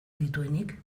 dituenik